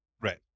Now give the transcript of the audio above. right